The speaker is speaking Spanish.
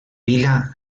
pila